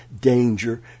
danger